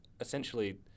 Essentially